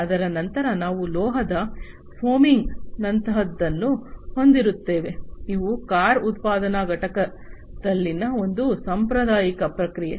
ಅದರ ನಂತರ ನಾವು ಲೋಹದ ಫೋಮಿಂಗ್ ನಂತಹದ್ದನ್ನು ಹೊಂದಿರುತ್ತೇವೆ ಇವು ಕಾರು ಉತ್ಪಾದನಾ ಘಟಕದಲ್ಲಿನ ಒಂದು ಸಾಂಪ್ರದಾಯಿಕ ಪ್ರಕ್ರಿಯೆ